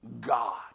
god